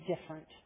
different